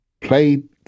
Played